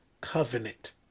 covenant